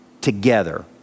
together